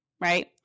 Right